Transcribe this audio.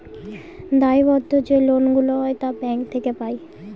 দায়বদ্ধ যে লোন গুলা হয় তা ব্যাঙ্ক থেকে পাই